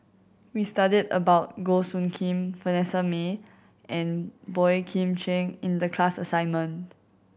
we studied about Goh Soo Khim Vanessa Mae and Boey Kim Cheng in the class assignment